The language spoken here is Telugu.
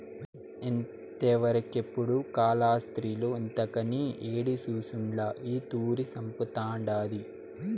ఇంతవరకెపుడూ కాలాస్త్రిలో ఇంతకని యేడి సూసుండ్ల ఈ తూరి సంపతండాది